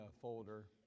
folder